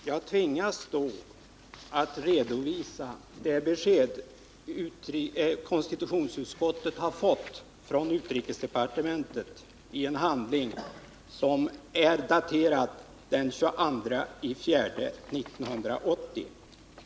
Herr talman! Jag tvingas att redovisa det besked konstitutionsutskottet har fått från utrikesdepartementet i en handling daterad den 22 april 1980.